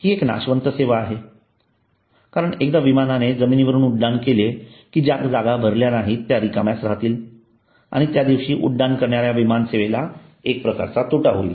ही एक नाशवंत सेवा आहे कारण एकदा विमानाने जमिनीवरून उड्डाण केले की ज्या जागा भरल्या नाहीत त्या रिकाम्याच रहातील आणि त्या दिवशी उड्डाण करणाऱ्या विमानसेवेला एक प्रकारचा तोटा होईल